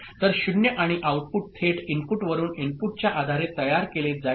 तर 0 आणि आऊटपुट थेट इनपुट वरून इनपुटच्या आधारे तयार केले जाईल